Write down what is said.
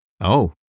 Oh